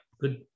Good